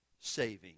saving